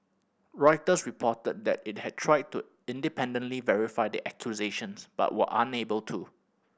Reuters reported that it had tried to independently verify the accusations but were unable to